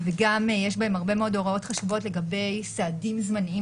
ויש בהם הרבה הוראות חשובות לגבי סעדים זמניים